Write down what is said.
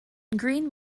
green